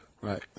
Right